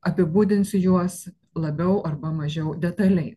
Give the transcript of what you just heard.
apibūdinsiu juos labiau arba mažiau detaliai